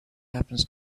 happens